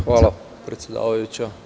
Hvala predsedavajuća.